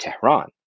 Tehran